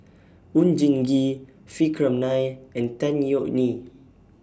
Oon Jin Gee Vikram Nair and Tan Yeok Nee